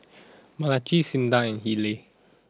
Malachi Cinda and Haylie